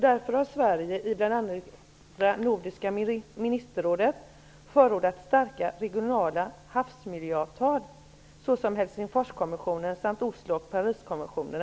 Därför har Sverige i bl.a. Nordiska ministerrådet förordat starka regionala havsmiljöavtal, såsom Helsingforskonventionen, Oslokonventionen och Pariskonventionen.